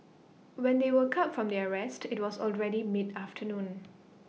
when they woke up from their rest IT was already mid afternoon